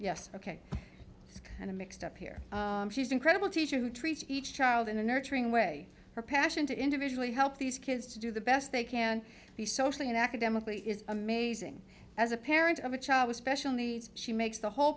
yes ok it's kind of mixed up here she's incredible teacher who treats child in a nurturing way her passion to individually help these kids to do the best they can be socially and academically amazing as a parent of a child with special needs makes the whole